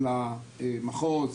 של המחוז,